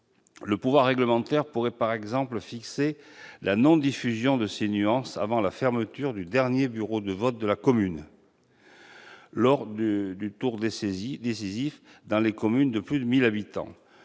Le pouvoir réglementaire pourrait, par exemple, imposer la non-diffusion de ces nuances avant la fermeture du dernier bureau de vote de la commune, lors du tour décisif dans les communes de plus de 1 000 habitants.